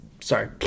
Sorry